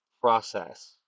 process